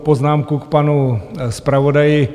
Poznámku k panu zpravodaji.